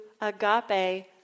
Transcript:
agape